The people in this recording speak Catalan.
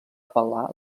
apel·lar